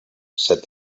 said